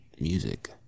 music